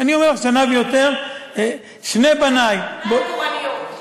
כשאני אומר שנה ויותר, שני בני, אולי התורניות.